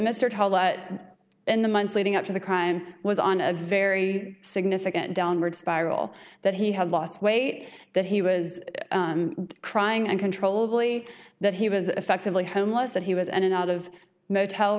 that in the months leading up to the crime was on a very significant downward spiral that he had lost weight that he was crying uncontrollably that he was effectively homeless that he was and out of motel